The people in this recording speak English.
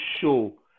show